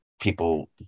people